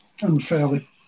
unfairly